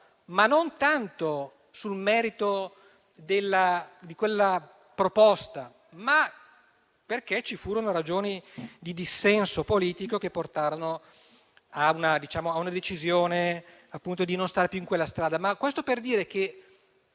ma non tanto sul merito di quella proposta, bensì perché ci furono ragioni di dissenso politico che portarono a una decisione di non percorrere più quella strada. Questo per dire che